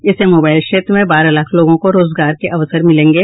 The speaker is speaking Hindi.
इससे मोबाइल क्षेत्र में बारह लाख लोगों को रोजगार के अवसर मिलेंगे